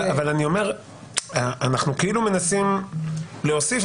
אנחנו כאילו מנסים להוסיף,